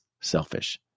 selfish